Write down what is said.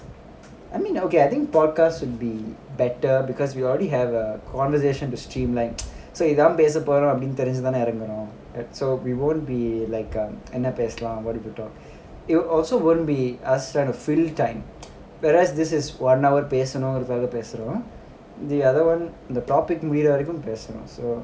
I mean okay I think podcast would be better because we already have a conversation to streamline so it's like இதான்பேசப்போறோம்னுதெரிஞ்சுதானேஇறங்குறோம்:ithan pesappooromnu therinsuthane irakuroom like so we won't be like um என்னபேசலாம்:enna pesalam it'll also won't be us trying to fill time whereas this is one hour பேசணும்ஒருதடவபேசுறோம்:pesanum oru thadava pesuroom the other one the topic முடியறவரைக்கும்பேசணும்:mudiyara varaikkum pesanum so